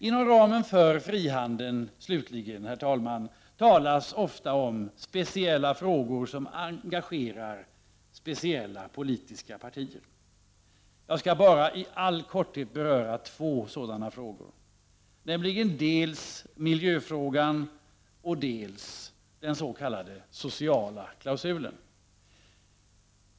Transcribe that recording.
Inom ramen för frihandeln, herr talman, talas ofta om speciella frågor som engagerar speciella politiska partier. Jag skall bara i all korthet beröra två sådana frågor, nämligen dels miljöfrågan, dels den s.k. sociala klausulen.